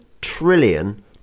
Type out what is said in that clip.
trillion